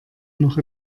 noch